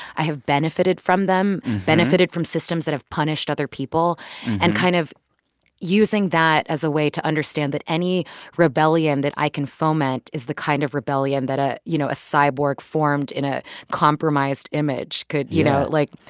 i have benefited from them, benefited from systems that have punished other people and kind of using that as a way to understand that any rebellion that i can foment is the kind of rebellion that a, you know, a cyborg formed in a compromised image could. yeah. you know? like,